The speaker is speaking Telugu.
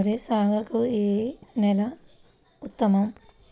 వరి సాగుకు ఏ నేల ఉత్తమం?